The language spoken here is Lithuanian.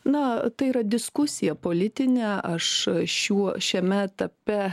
na tai yra diskusija politinė aš šiuo šiame etape